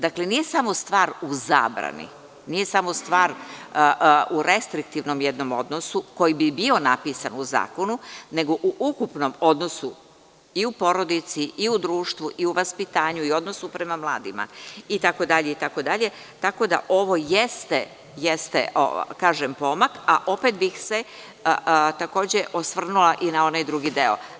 Dakle, nije samo stvar u zabrani, nije samo stvar u restriktivnom jednom odnosu koji bi bio napisan u zakonu, nego u ukupnom odnosu i u porodici i u društvu i u vaspitanju i u odnosu prema mladima, itd, tako da ovo jeste, kažem, pomak, a opet bih se takođe osvrnula i na onaj drugi deo.